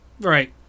Right